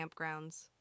campgrounds